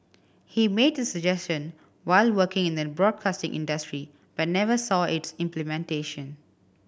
he made the suggestion while working in the broadcasting industry but never saw its implementation